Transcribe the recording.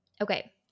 Okay